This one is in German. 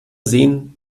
sehen